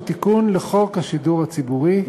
הוא תיקון לחוק השידור הציבורי,